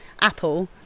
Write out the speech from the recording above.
apple